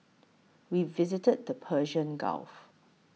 we visited the Persian Gulf